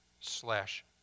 slash